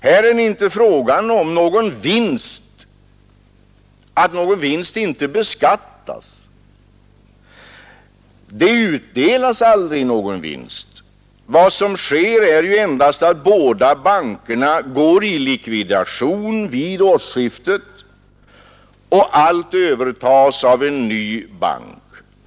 Här är det inte fråga om att någon vinst inte beskattas. Det utdelas aldrig någon vinst. Vad som sker är ju endast att båda bankerna går i likvidation vid årsskiftet, och allt övertas av en ny bank.